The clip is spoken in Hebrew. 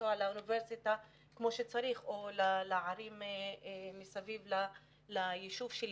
לנסוע לאוניברסיטה כמו שצריך או לערים מסביב ליישוב שלי,